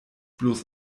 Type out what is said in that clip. bloß